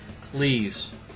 please